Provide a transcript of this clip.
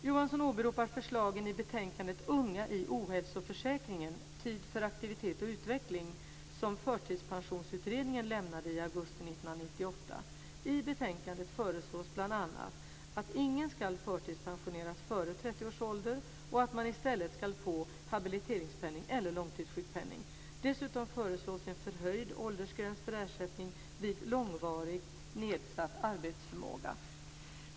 Johansson åberopar förslagen i betänkandet Unga i ohälsoförsäkringen - tid för aktivitet och utveckling att ingen ska förtidspensioneras före 30 års ålder och att man i stället ska få habiliteringspenning eller långtidssjukpenning. Dessutom föreslås en förhöjd åldersgräns för ersättning vid långvarigt nedsatt arbetsförmåga.